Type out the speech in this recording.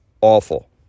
Awful